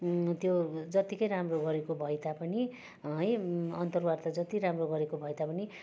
त्यो जतिकै राम्रो गरेको भए तापनि है अन्तर्वार्ता जति राम्रो गरेको भए तापनि